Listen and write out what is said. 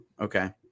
Okay